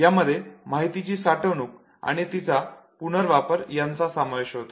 यामध्ये माहितीची साठवणूक आणि तिचा पूणरवापर यांचा समावेश होतो